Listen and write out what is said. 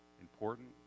important